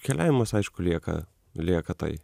keliavimas aišku lieka lieka tai